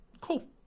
cool